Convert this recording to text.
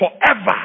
forever